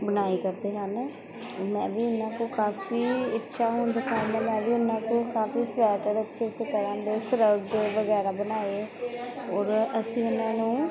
ਬੁਣਾਈ ਕਰਦੇ ਹਨ ਮੈਂ ਵੀ ਇਹਨਾਂ ਕੋਲ ਕਾਫੀ ਇੱਛਾ ਹੋਣ ਦੇ ਕਾਰਨ ਮੈਂ ਵੀ ਉਹਨਾਂ ਕੋਲ ਕਾਫੀ ਸਵੈਟਰ ਅੱਛੀ ਅੱਛੀ ਤਰ੍ਹਾਂ ਦੇ ਸ਼ਰੱਗ ਵਗੈਰਾ ਬਣਾਏ ਔਰ ਅਸੀਂ ਉਹਨਾਂ ਨੂੰ